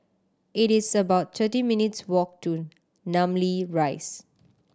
it is about thirty minutes' walk to Namly Rise